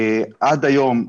עד היום,